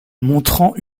montrant